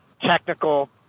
technical